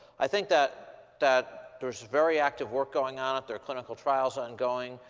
i think that that there is very active work going on. there are clinical trials ongoing